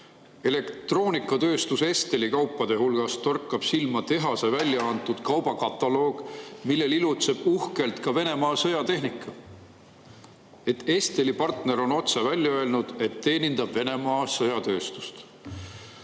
Elektroonikatööstus Estel on välja andnud kaubakataloogi, millel ilutseb uhkelt ka Venemaa sõjatehnika. Esteli partner on otse välja öelnud, et teenindab Venemaa sõjatööstust.